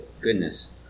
goodness